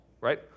right